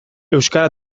euskara